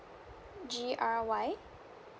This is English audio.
G R Y